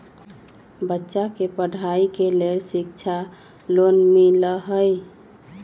बच्चा के पढ़ाई के लेर शिक्षा लोन मिलहई?